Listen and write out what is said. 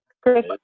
Chris